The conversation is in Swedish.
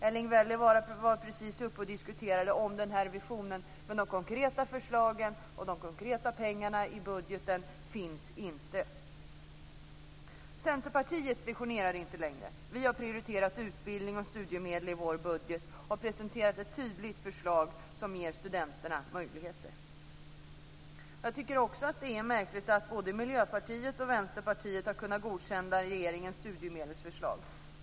Erling Wälivaara diskuterade just visionen. De konkreta förslagen och de konkreta pengarna i budgeten finns inte. Centerpartiet visionerar inte längre. Vi har prioriterat utbildning och studiemedel i vår budget, och vi har presenterat ett tydligt förslag som ger studenterna möjligheter. Det är märkligt att både Miljöpartiet och Vänsterpartiet har kunnat godkänna regeringens studiemedelsförslag.